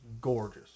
gorgeous